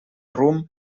rumb